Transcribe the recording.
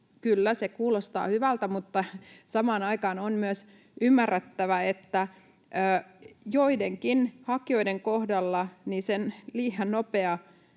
kyllä, se kuulostaa hyvältä, mutta samaan aikaan on myös ymmärrettävä, että joidenkin hakijoiden kohdalla se liian nopea